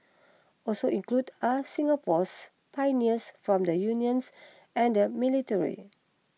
also included are Singapore's pioneers from the unions and the military